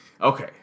Okay